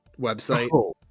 website